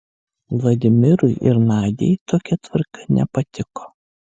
vladimirui ir nadiai tokia tvarka nepatiko